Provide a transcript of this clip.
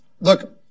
look